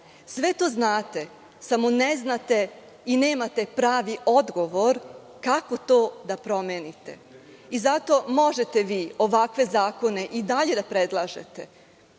Sve to znate, samo ne znate i nemate pravi odgovor – kako to da promenite? Zato, možete vi ovakve zakone i dalje da predlažete.